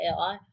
AI